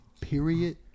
Period